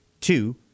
Two